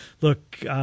look